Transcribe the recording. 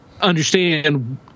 understand